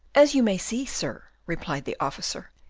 as you may see, sir, replied the officer,